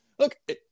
Look